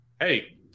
hey